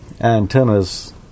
antennas